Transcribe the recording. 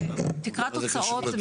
תקרת הוצאות,